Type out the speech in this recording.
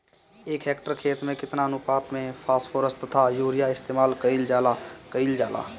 एक हेक्टयर खेत में केतना अनुपात में फासफोरस तथा यूरीया इस्तेमाल कईल जाला कईल जाला?